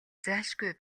зайлшгүй